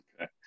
Okay